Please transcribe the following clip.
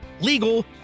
legal